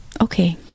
okay